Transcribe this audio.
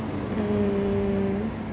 mm